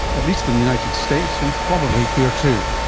at least in the united states and probably here too.